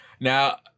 Now